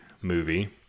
movie